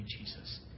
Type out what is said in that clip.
Jesus